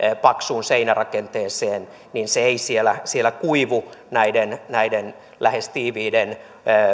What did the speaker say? paksuun seinärakenteeseen ja että se ei siellä siellä kuivu näiden näiden lähes tiiviiden